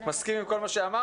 מסכים עם כל מה שאמרת,